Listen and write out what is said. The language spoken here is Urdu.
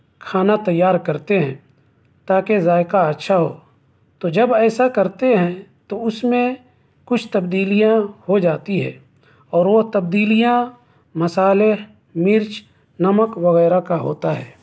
کھانا تیار کرتے ہیں تاکہ ذائقہ اچھا ہو تو جب ایسا کرتے ہیں تو اس میں کچھ تبدیلیاں ہو جاتی ہے اور وہ تبدیلیاں مصالحے مرچ نمک وغیرہ کا ہوتا ہے